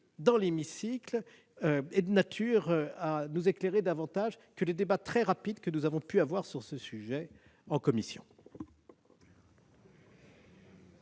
dans l'hémicycle est de nature à nous éclairer davantage que les débats très rapides que nous avons pu mener sur le sujet en commission.